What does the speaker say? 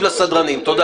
לקצר